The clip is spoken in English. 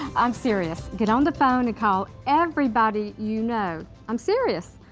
i'm serious. get on the phone and call everybody you know i'm serious.